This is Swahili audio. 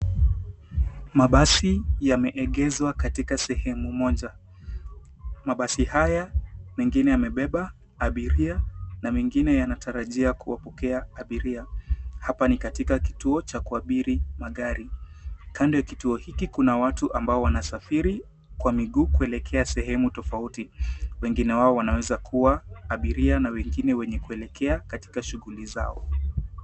Mabasi yameegezwa katika sehemu moja. Mabasi haya mengine yamebeba abiria, na mengine yanatarajia kuwapokea abiria. Hapa ni katika kituo cha kuabiri magari. Kando ya kituo hiki kuna watu ambao wanasafiri kwa miguu kuelekea sehemu tofauti. Wengine wao wanaweza kua abiria, na wengine wenye kuelekea katika shughuli zao.